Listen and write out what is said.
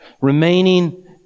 remaining